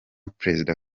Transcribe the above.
prezida